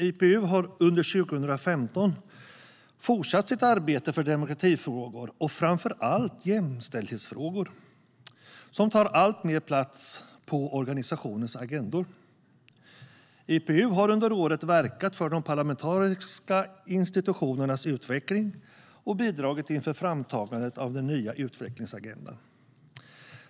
IPU har under 2015 fortsatt sitt arbete för demokratifrågor och framför allt jämställdhetsfrågor, som tar alltmer plats på organisationens agendor. IPU har under året verkat för de parlamentariska institutionernas utveckling och bidragit inför framtagandet av den nya utvecklingsagendan.